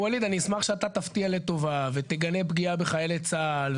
ווליד אני אשמח שאתה תפתיע לטובה ותגנה פגיעה בחיילי צה"ל,